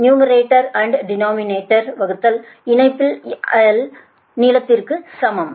numerator and denominator வகுத்தல் இணைப்பின் l நீளதிற்க்கு சமம்